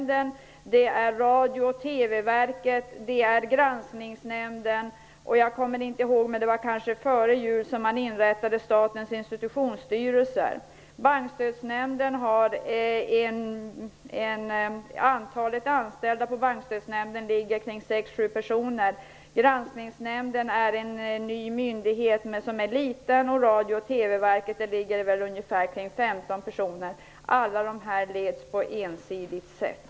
Det är Granskningsnämnden är en ny myndighet, som är liten. Radio och TV-verket har ungefär 15 anställda. Alla dessa myndigheter leds på ensidigt sätt.